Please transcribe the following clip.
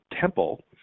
temple